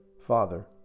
Father